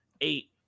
eight